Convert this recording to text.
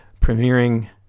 premiering